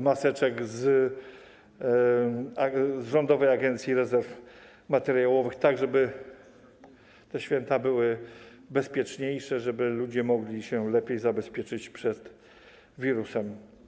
maseczek z Rządowej Agencji Rezerw Strategicznych, żeby te święta były bezpieczniejsze, żeby ludzie mogli lepiej zabezpieczyć się przed wirusem.